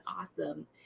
awesome